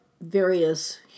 various